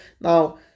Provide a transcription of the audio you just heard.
Now